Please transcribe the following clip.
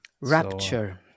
rapture